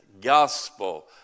gospel